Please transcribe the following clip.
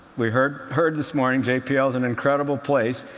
we heard heard this morning jpl is an incredible place.